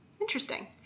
Interesting